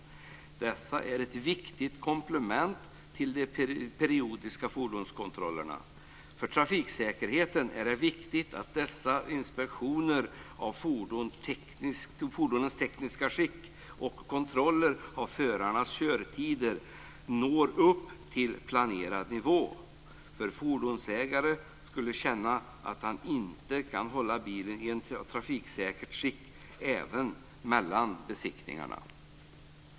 Den är ett viktigt komplement till de periodiska fordonskontrollerna. För trafiksäkerheten är det viktigt att dessa inspektioner av fordonens tekniska skick och kontroller av förarnas körtider når upp till planerad nivå. En fordonsägare ska känna att han måste hålla bilen i ett trafiksäkert skick även mellan besiktningarna.